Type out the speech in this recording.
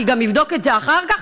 אני גם אבדוק את זה אחר כך,